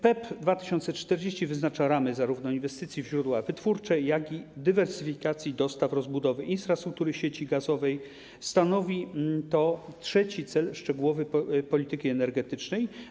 PEP 2040 wyznacza ramy zarówno inwestycji w źródła wytwórcze, jak i dywersyfikacji dostaw oraz rozbudowy infrastruktury sieci gazowej - stanowi to trzeci cel szczegółowy polityki energetycznej.